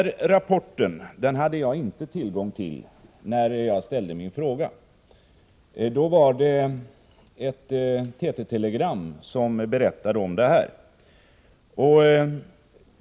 Rapporten hade jag dock inte tillgång till när jag ställde min fråga. Då gällde det ett TT-telegram som berättade om detta.